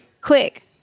quick